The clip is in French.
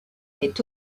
est